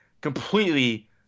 completely